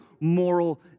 moral